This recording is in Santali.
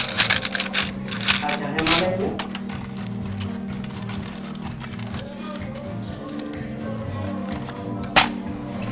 ᱟᱪᱪᱷᱟ ᱦᱮᱸᱢᱟ ᱞᱟᱹᱭᱢᱮ